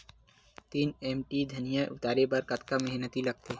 तीन एम.टी धनिया उतारे बर कतका मेहनती लागथे?